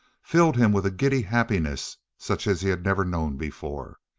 filled him with a giddy happiness such as he had never known before.